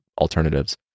alternatives